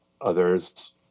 others